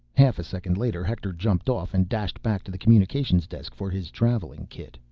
half a second later, hector jumped off and dashed back to the communications desk for his traveling kit.